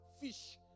fish